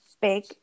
big